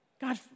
God